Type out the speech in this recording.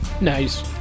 Nice